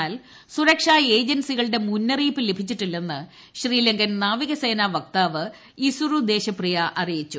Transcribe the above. എന്നാൽ സുരക്ഷാ ഏജൻസികളുടെ മുന്നറിയിപ്പ് ലഭിച്ചിട്ടില്ലെന്ന് ശ്രീലങ്കൻ നാവികസേന വക്താവ് ഇസുറു ദേശപ്രിയ അറിയിച്ചു